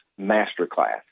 masterclass